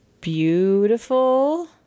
beautiful